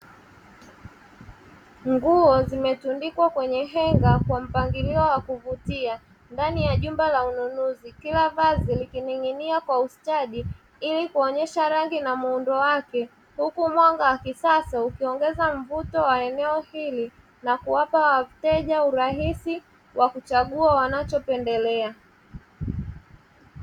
Nguo zimetundikwa kwenye henga kwa mpangilio wa kuvutia ndani ya jumba la ununuzi. Kila vazi likining'inia kwa ustadi ili kuonyesha rangi na muundo wake. Huku mwanga wa kisasa ukiongeza mvuto wa eneo hili, na kuwapa wateja urahisi wa kuchagua wanachopendelea.